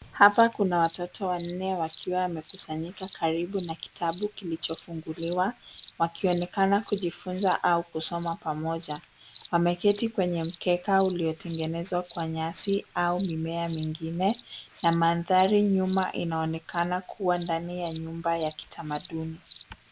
Hapa kuna watoto wanne wakiwa wamekusanyika karibu na kitabu kilichofunguliwa, wakionekana kujifunza au kusoma pamoja. Wameketi kwenye mkeka uliotengenezwa kwa nyasi au mimea mingine, na mandhari nyuma inaonekana kuwa ndani ya nyumba ya kitamaduni.